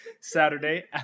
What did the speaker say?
Saturday